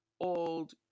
old